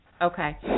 Okay